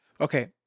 Okay